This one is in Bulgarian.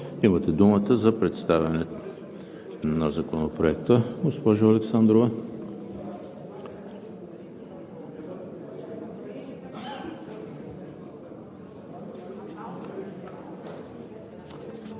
Имате думата за представяне на Законопроекта, госпожо Александрова.